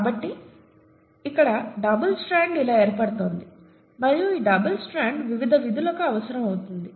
కాబట్టి ఇక్కడ double strand ఇలా ఏర్పడుతోంది మరియు ఈ డబుల్ స్ట్రాండ్ వివిధ విధులకు అవసరం అవుతుంది